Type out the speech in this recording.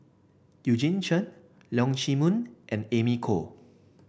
Eugene Chen Leong Chee Mun and Amy Khor